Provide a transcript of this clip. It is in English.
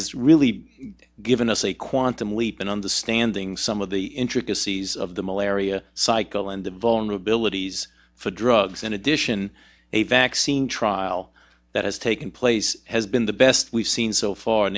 has really given us a quantum leap in understanding some of the intricacies of the malaria cycle and the vulnerabilities for drugs in addition a vaccine trial that has taken place has been the best we've seen so far